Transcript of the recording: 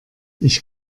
ich